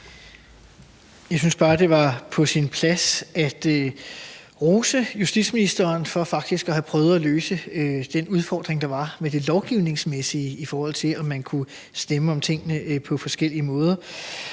Jeg synes bare, det var på sin plads at rose justitsministeren for faktisk at have prøvet at løse den udfordring, der var, med det lovgivningsmæssige, i forhold til om man kunne stemme om tingene på forskellige måder,